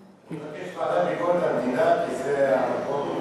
אני מבקש להעביר לוועדה לביקורת המדינה כי זה המקום,